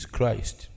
Christ